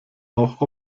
auch